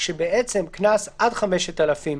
קנס עד 5,000 ש"ח.